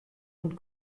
und